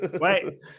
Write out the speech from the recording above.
Wait